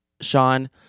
Sean